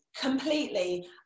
completely